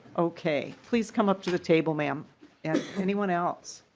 okay. please come up to the table ma'am yeah anyone else?